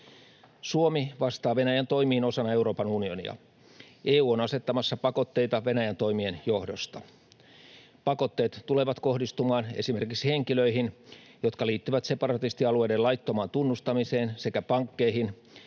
Suomi vastaa Venäjän toimiin osana Euroopan unionia. EU on asettamassa pakotteita Venäjän toimien johdosta. Pakotteet tulevat kohdistumaan esimerkiksi henkilöihin, jotka liittyvät separatistialueiden laittomaan tunnustamiseen, sekä pankkeihin,